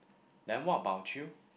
then what about you